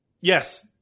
yes